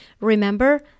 remember